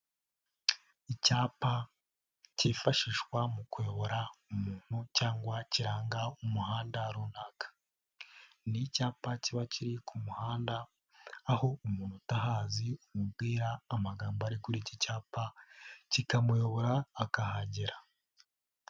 Icyapa kifashishwa mu kuyobora umuntu cyangwa kiranga umuhanda runaka. Ni icyapa kiba kiri ku muhanda, aho umuntu utahazi umubwira amagambo ari kuri iki cyapa kikamuyobora akahagera.